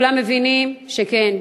כולם מבינים שכן,